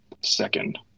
Second